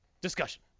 Discussion